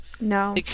no